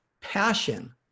passion